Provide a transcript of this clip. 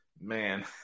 man